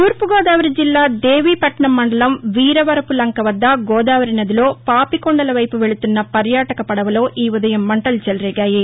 తూర్పు గోదావరి జిల్లా దేవీపట్నం మండలం వీరవరపులంక వద్ద గోదావరి నదిలో పాపికొండల వైపు వెళుతున్న పర్యాటక పడవలో ఈ ఉదయం మంటలు చెలరేగాయి